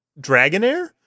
Dragonair